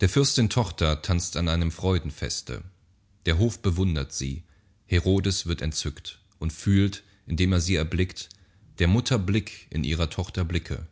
der fürstin tochter tanzt an einem freudenfeste der hof bewundert sie herodes wird entzückt und fühlt indem er sie erblickt der mutter blick in ihrer tochter blicke